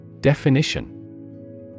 Definition